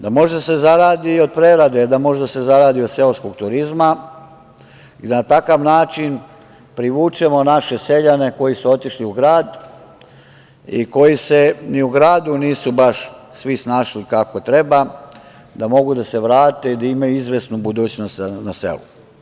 Da može da se zaradi od prerade, da može da se zaradi od seoskog turizma i da na takav način privučemo naše seljane koji su otišli u grad i koji se ni u gradu nisu baš svi snašli kako treba, da mogu da se vrate i da imaju izvesnu budućnost na selu.